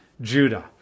Judah